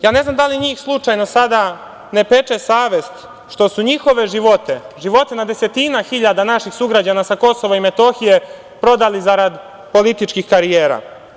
Ja ne znam da li njih slučajno sada ne peče savest što su njihove živote, živote na desetine hiljada naših sugrađana sa KiM, prodali zarad političkih karijera?